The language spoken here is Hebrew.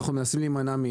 אז אנחנו ננסה להימנע.